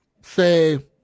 say